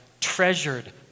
treasured